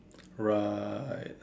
right